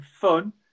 fun